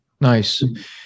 Nice